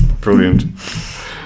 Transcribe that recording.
brilliant